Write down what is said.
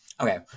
okay